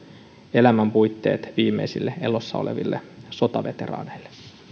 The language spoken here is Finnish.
elämän puitteet viimeisille elossa oleville sotaveteraaneille